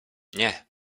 nie